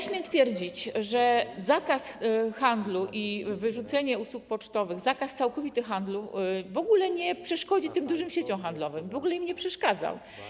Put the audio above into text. Śmiem twierdzić, że zakaz handlu i wyrzucenie usług pocztowych, całkowity zakaz handlu w ogóle nie przeszkodzi tym dużym sieciom handlowym, w ogóle im nie przeszkadzał.